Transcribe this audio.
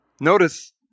Notice